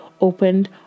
opened